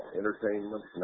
entertainment